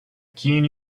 keen